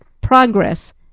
progress